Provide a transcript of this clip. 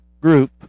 group